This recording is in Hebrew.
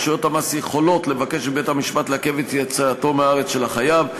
רשויות המס יכולות לבקש מבית-המשפט לעכב את יציאתו מהארץ של החייב.